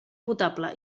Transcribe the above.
potable